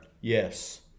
Yes